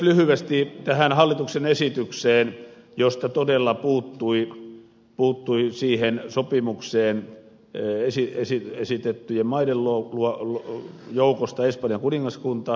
lyhyesti tähän hallituksen esitykseen josta todella puuttui siihen sopimukseen esitettyjen maiden joukosta espanjan kuningaskunta